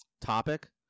topic